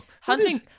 Hunting